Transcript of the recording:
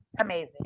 amazing